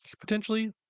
potentially